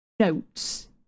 notes